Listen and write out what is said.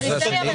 הנושא השני?